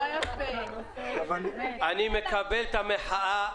אני מקבל את המחאה.